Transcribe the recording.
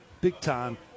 big-time